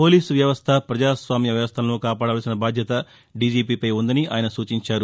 police వ్యవస్థ ప్రజాస్వామ్య వ్యవస్థలను కాపాడాల్సిన బాధ్యత డీజీపీపై ఉందని ఆయన సూచించారు